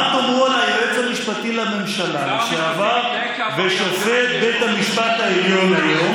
מה תאמרו על היועץ המשפטי לממשלה לשעבר ושופט בית המשפט העליון היום,